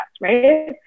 right